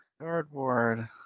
Cardboard